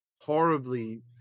horribly